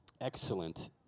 excellent